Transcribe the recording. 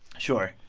sure.